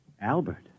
albert